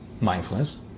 mindfulness